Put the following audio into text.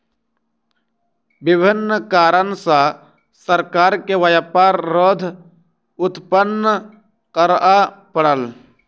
विभिन्न कारण सॅ सरकार के व्यापार रोध उत्पन्न करअ पड़ल